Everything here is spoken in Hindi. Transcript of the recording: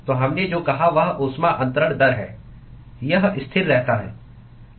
तो हमने जो कहा वह ऊष्मा अंतरण दर है यह स्थिर रहता है